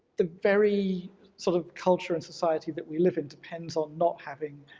the very sort of culture and society that we live in depends on not having